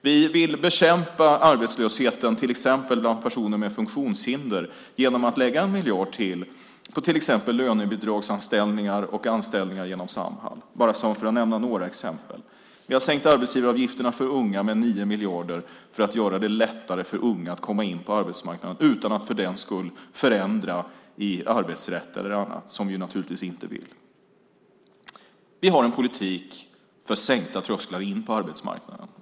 Vi vill bekämpa arbetslösheten till exempel bland personer med funktionshinder genom att lägga 1 miljard till på till exempel lönebidragsanställningar och anställningar genom Samhall - för att nämna några exempel. Vi har sänkt arbetsgivaravgifterna för unga med 9 miljarder, för att göra det lättare för unga att komma in på arbetsmarknaden, utan att för den skull förändra i arbetsrätt eller annat, som vi naturligtvis inte vill. Vi har en politik för sänkta trösklar in på arbetsmarknaden.